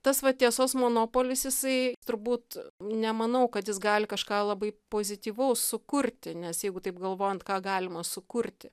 tas va tiesos monopolis jisai turbūt nemanau kad jis gali kažką labai pozityvaus sukurti nes jeigu taip galvojant ką galima sukurti